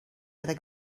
haver